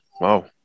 wow